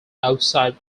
outside